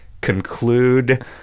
conclude